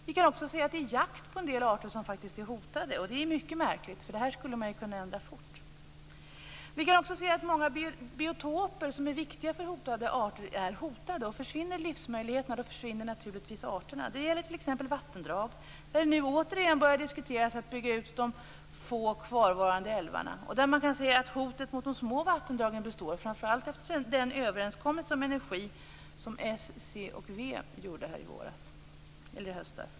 Vi kan också se att det är jakt på en del arter som faktiskt är hotade, och det är mycket märkligt. Det skulle man kunna ändra fort. Vi kan också se att många biotoper som är viktiga för hotade arter är hotade. Försvinner livsmöjligheterna försvinner naturligtvis arterna. Det gäller t.ex. vattendrag. Det börjar nu återigen diskuteras att bygga ut de få kvarvarande älvarna. Man kan se att hotet mot de små vattendragen består. Det gäller framför allt efter den överenskommelse om energin som s, c och v träffade i höstas.